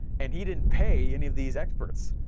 and he didn't pay any of these experts,